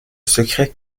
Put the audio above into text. secret